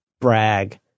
brag